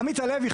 עמית הלוי,